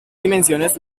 dimensiones